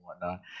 whatnot